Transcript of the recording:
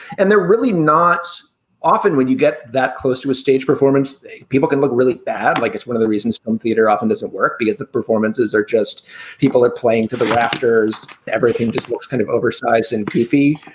and they're really not often when you get that close to a stage performance. people can look really bad, like it's one of the reasons from theater often doesn't work because the performances are just people are playing to the rafters. everything just looks kind of oversized and goofy.